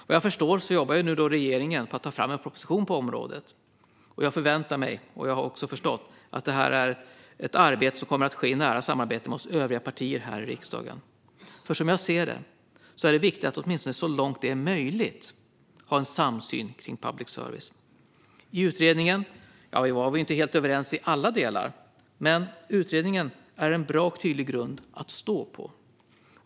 Vad jag förstår jobbar nu regeringen med att ta fram en proposition på området. Jag förväntar mig, och har också förstått, att det är ett arbete som kommer att ske i nära samarbete med oss övriga partier i riksdagen. Som jag ser det är det viktigt att, så långt det är möjligt, ha en samsyn kring public service. I utredningen var vi inte helt överens i alla delar, men utredningen är en bra och tydlig grund att stå på.